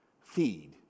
Feed